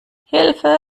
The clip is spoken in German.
hilfe